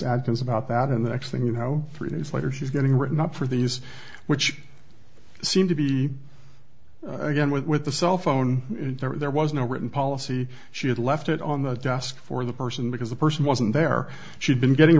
adams about that in the next thing you know three days later she's getting written up for these which seemed to be again with the cell phone and there was no written policy she had left it on the desk for the person because the person wasn't there she'd been getting